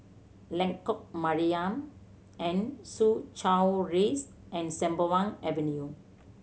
Lengkok Mariam and Soo Chow Rise and Sembawang Avenue